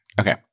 Okay